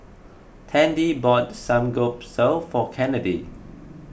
Tandy bought Samgyeopsal for Kennedy